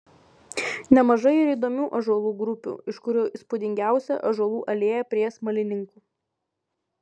nemažai ir įdomių ąžuolų grupių iš kurių įspūdingiausia ąžuolų alėja prie smalininkų